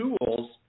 tools